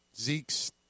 Zeke's